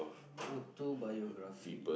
autobiography